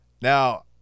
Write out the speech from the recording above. now